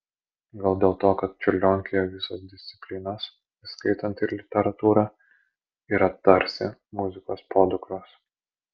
gal dėl to kad čiurlionkėje visos disciplinos įskaitant ir literatūrą yra tarsi muzikos podukros